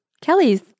Kelly's